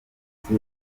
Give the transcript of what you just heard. foto